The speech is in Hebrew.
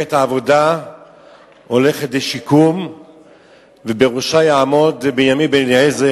שמפלגת העבודה הולכת לשיקום ובראשה יעמוד בנימין בן-אליעזר,